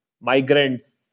Migrants